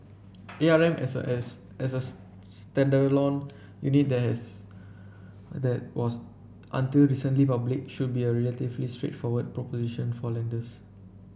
A R M as a as as standalone unit that has that was until recently public should be a relatively straightforward proposition for lenders